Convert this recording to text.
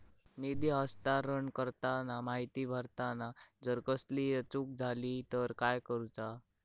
निधी हस्तांतरण करताना माहिती भरताना जर कसलीय चूक जाली तर काय करूचा?